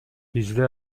бизде